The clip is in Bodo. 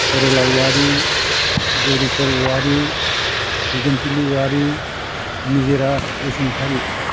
सर'ला औवारि गौरिस्वर औवारि दिदोमथिलि औवारि निजोरा बसुमातारि